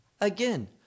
again